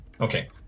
okay